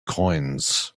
coins